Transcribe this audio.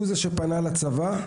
הוא זה שפנה לצבא,